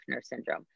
syndrome